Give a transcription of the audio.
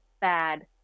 bad